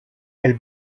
elle